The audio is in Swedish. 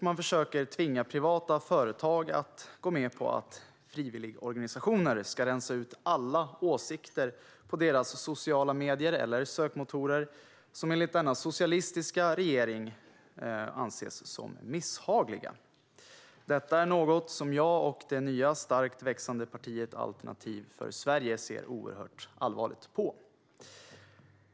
Man försöker tvinga privata företag att gå med på att "frivilligorganisationer" ska rensa ut alla åsikter på deras sociala medier eller sökmotorer som enligt denna socialistiska regering anses som misshagliga. Detta är något som jag och det nya starkt växande partiet Alternativ för Sverige ser oerhört allvarligt på.